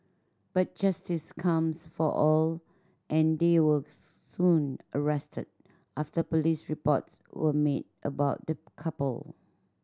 but justice comes for all and they were soon arrested after police reports were made about the couple